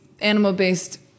animal-based